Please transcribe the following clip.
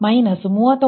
ಆದ್ದರಿಂದ 52